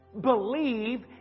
believe